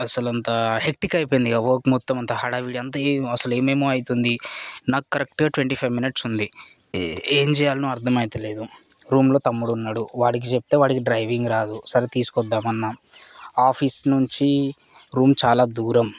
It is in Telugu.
అసలంతా హేక్టిక్ అయిపింది వర్క్ మొత్తం అంత హడావుడి అంత ఏం అసలు ఏమేమో అయితుంది నాకు కరెక్ట్గా ట్వంటీ ఫైవ్ మినిట్స్ ఉంది ఏం చేయాలో అర్థం అవుతలేదు రూమ్లో తమ్ముడు ఉన్నాడు వాడికి చెప్తే వాడికి డ్రైవింగ్ రాదు సరే తీసుకొద్దాం అన్న ఆఫీస్ నుంచి రూమ్ చాలా దూరం